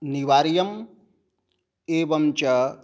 निवार्यम् एवञ्च